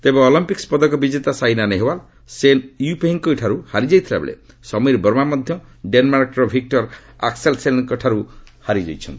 ତେବେ ଅଲିମ୍ପିକ୍ ପଦକ ବିଜେତା ସାଇନା ନେହେଓ୍ବାଲ୍ ଚେନ୍ ୟୁଫେଇଙ୍କଠାରୁ ହାରି ଯାଇଥିବା ବେଳେ ସମୀର ବର୍ମା ମଧ୍ୟ ଡେନ୍ମାର୍କର ଭିକୁର ଆକୁସେଲ୍ସେନ୍ଙ୍କଠାର୍ ହାରି ଯାଇଛନ୍ତି